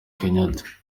kenyatta